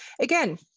Again